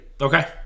Okay